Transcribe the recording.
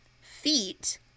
feet